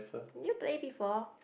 did you play before